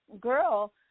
girl